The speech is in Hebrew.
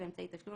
של אמצעי תשלום,